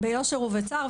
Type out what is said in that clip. ביושר ובצער,